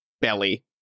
belly